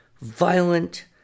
violent